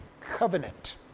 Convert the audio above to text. covenant